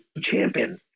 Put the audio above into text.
champion